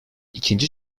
i̇kinci